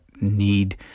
need